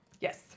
Yes